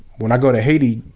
when i go to haiti.